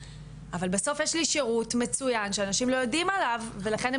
אבל בסוף יש לי שירות מצוין שאנשים לא יודעים עליו ולכן הם